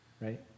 right